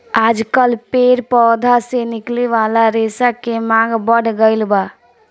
आजकल पेड़ पौधा से निकले वाला रेशा के मांग बढ़ गईल बा